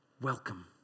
Welcome